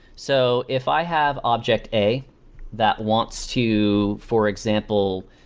so if i have object a that wants to, for example,